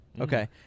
Okay